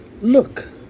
Look